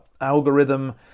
algorithm